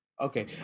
Okay